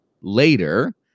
later